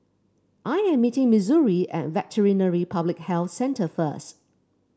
I am meeting Missouri at Veterinary Public Health Centre first